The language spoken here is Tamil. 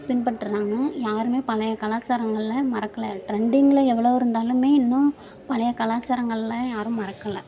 பின்பற்றுகிறாங்க யாரும் பழைய கலாச்சாரங்களை மறக்கலை ட்ரெண்டிங்கில் எவ்வளோ இருந்தாலும் இன்னம் பழைய கலாச்சாரங்களெலாம் யாரும் மறக்கலை